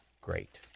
Great